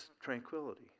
tranquility